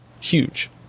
Huge